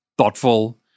Thoughtful